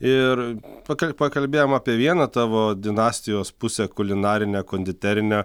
ir pakal pakalbėjom apie vieną tavo dinastijos pusę kulinarinę konditerinę